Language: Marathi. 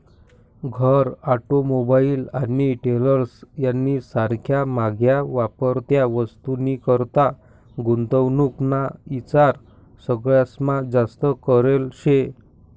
घर, ऑटोमोबाईल आणि ट्रेलर्स यानी सारख्या म्हाग्या वापरत्या वस्तूनीकरता गुंतवणूक ना ईचार सगळास्मा जास्त करेल शे